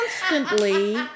constantly